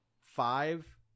five